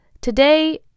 Today